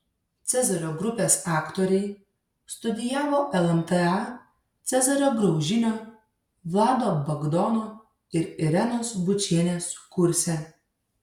cezario grupės aktoriai studijavo lmta cezario graužinio vlado bagdono ir irenos bučienės kurse